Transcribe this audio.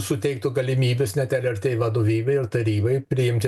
suteiktų galimybes net lrt vadovybei ir tarybai priimti